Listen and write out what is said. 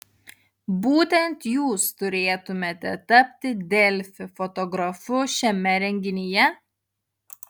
būtent jūs turėtumėte tapti delfi fotografu šiame renginyje